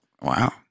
Wow